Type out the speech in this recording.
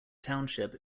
township